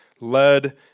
led